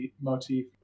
motif